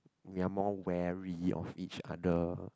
we are more wary of each other